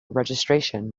registration